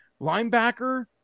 Linebacker